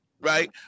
right